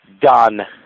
done